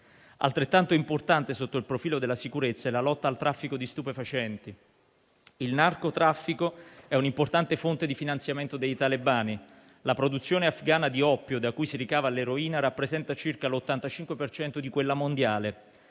Altrettanto importante sotto il profilo della sicurezza è la lotta al traffico di stupefacenti. Il narcotraffico è un'importante fonte di finanziamento dei talebani. La produzione afghana di oppio da cui si ricava l'eroina rappresenta circa l'85 per cento di quella mondiale.